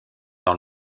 dans